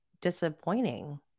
disappointing